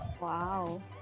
Wow